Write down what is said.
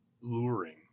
luring